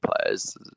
players